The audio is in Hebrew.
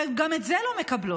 וגם את זה הן לא מקבלות.